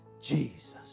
Jesus